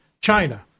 China